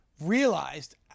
realized